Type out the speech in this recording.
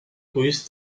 grüßt